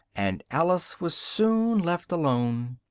and alice was soon left alone.